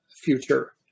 future